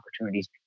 opportunities